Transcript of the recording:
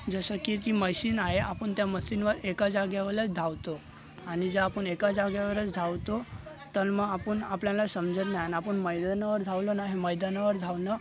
जसं की ती मशीन आहे आपण त्या मशीनवर एका जागेवरच धावतो आणि जर आपण एका जागेवरच धावतो तर आपण आपल्याला समजत नाही आणि आपण मैदानावर धावलो ना हे मैदानावर धावणं